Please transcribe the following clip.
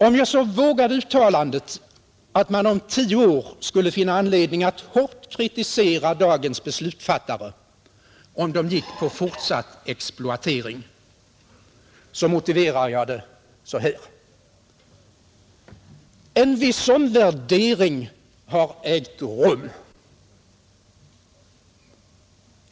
Om jag så vågar uttalandet att man om tio år skulle finna anledning att hårt kritisera dagens beslutfattare, om de gick på fortsatt exploatering, så motiverar jag det så här. En viss omvärdering har ägt rum.